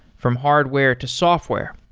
from hardware to software,